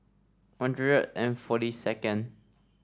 One Hundred and forty second